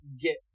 get